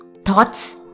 Thoughts